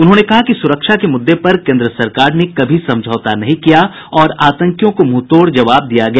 उन्होंने कहा कि सुरक्षा के मुद्दे पर केन्द्र सरकार ने कभी समझौता नहीं किया और आतंकियों को मुंहतोड़ जवाब दिया गया